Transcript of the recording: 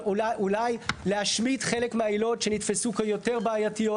אולי להשמיט חלק מהעילות שנתפסו כיותר בעייתיות,